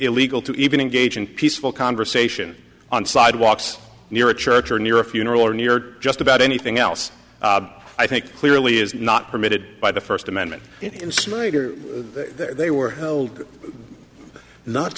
illegal to even engage in peaceful conversation on sidewalks near a church or near a funeral or near just about anything else i think clearly is not permitted by the first amendment and smiter they were held not